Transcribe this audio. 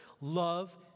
love